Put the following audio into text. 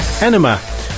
Enema